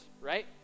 right